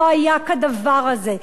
לא היה כדבר הזה,